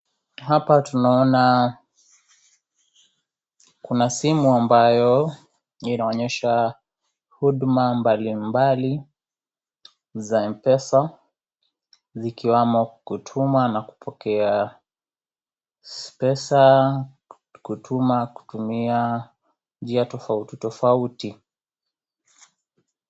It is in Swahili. Hapa tunaona kuna simu ambayo inaonyesha huduma mbalimbali za (cs)M-pesa(cs) zikiwamo kutuma na kupokea pesa kutuma kutumia njia tofautitofauti.